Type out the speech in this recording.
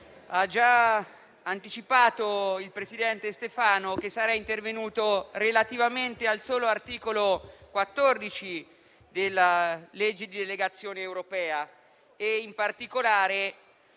ha già anticipato che sarei intervenuto relativamente al solo articolo 14 della legge di delegazione europea e, in particolare,